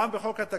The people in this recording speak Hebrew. גם בחוק התקציב,